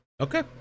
Okay